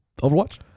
Overwatch